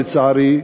לצערי,